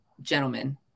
gentlemen